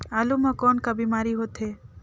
आलू म कौन का बीमारी होथे?